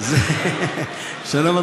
שלא נתרגל.